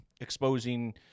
exposing